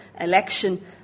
election